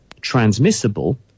transmissible